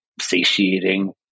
satiating